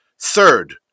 Third